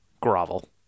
grovel